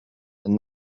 and